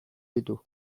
ditu